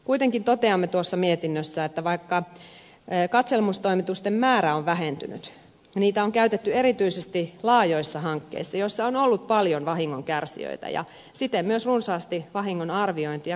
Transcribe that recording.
kuitenkin toteamme mietinnössä että vaikka katselmustoimitusten määrä on vähentynyt niitä on käytetty erityisesti laajoissa hankkeissa joissa on ollut paljon vahingonkärsijöitä ja siten myös runsaasti vahingonarviointi ja korvauskysymyksiä